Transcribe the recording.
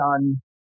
done